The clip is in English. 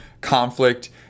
conflict